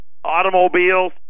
Automobiles